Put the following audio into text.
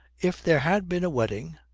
if there had been a wedding,